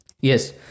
yes